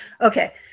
Okay